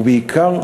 ובעיקר,